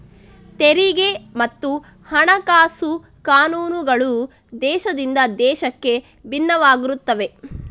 ತೆರಿಗೆ ಮತ್ತು ಹಣಕಾಸು ಕಾನೂನುಗಳು ದೇಶದಿಂದ ದೇಶಕ್ಕೆ ಭಿನ್ನವಾಗಿರುತ್ತವೆ